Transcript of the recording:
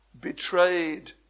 betrayed